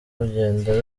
rugenda